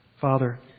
Father